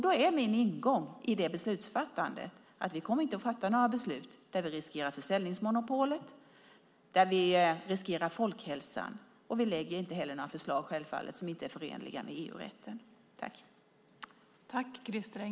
Då är min ingång i det beslutsfattandet att vi inte kommer att fatta några beslut där vi riskerar försäljningsmonopolet eller folkhälsan. Vi lägger självklart inte heller fram några förslag som inte är förenliga med EU-rätten.